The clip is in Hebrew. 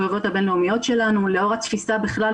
עובד אוקראיני מפרישים לו פנסיה מאוקראינה.